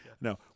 No